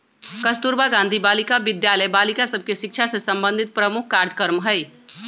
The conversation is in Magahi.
कस्तूरबा गांधी बालिका विद्यालय बालिका सभ के शिक्षा से संबंधित प्रमुख कार्जक्रम हइ